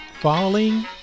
falling